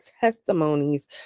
testimonies